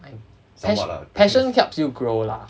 pas~ passion helps you grow lah